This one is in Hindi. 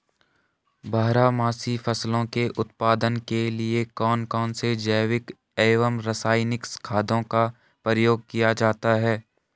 बारहमासी फसलों के उत्पादन के लिए कौन कौन से जैविक एवं रासायनिक खादों का प्रयोग किया जाता है?